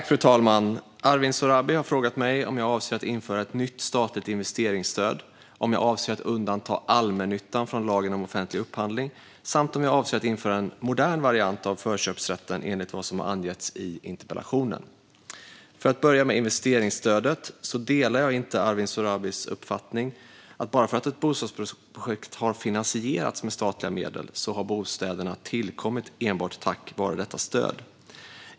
Fru talman! Arwin Sohrabi har frågat mig om jag avser att införa ett nytt statligt investeringsstöd, om jag avser att undanta allmännyttan från lagen om offentlig upphandling samt om jag avser att införa en modern variant av förköpsrätten enligt vad som har angetts i interpellationen. För att börja med investeringsstödet delar jag inte Arwin Sohrabis uppfattning att bara för att ett bostadsprojekt har finansierats med statliga medel så har bostäderna tillkommit enbart tack vare detta stöd.